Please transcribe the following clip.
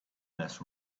less